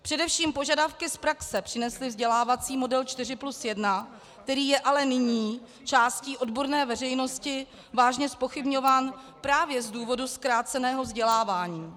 Především požadavky z praxe přinesly vzdělávací model 4 + 1, který je ale nyní částí odborné veřejností vážně zpochybňován právě z důvodu zkráceného vzdělávání.